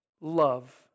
love